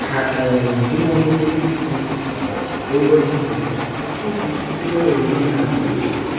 যোগ অনুসৰি যিটো পৰিৱৰ্তন হৈছে আৰু সেই সংস্কৃতিৰ পৰা পৰিৱৰ্তন হৈ আজি এই ৰূপ লৈছে